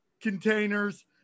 containers